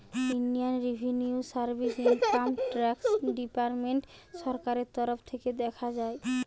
Indian revenue service income tax department সরকারের তরফ থিকে দেখা হয়